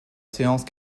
séance